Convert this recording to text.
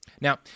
Now